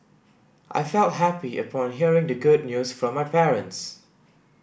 I felt happy upon hearing the good news from my parents